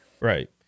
Right